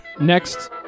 next